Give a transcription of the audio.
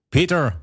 Peter